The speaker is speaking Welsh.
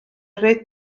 reit